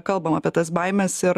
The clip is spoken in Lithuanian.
kalbam apie tas baimes ir